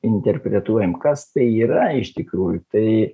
interpretuojam kas tai yra iš tikrųjų tai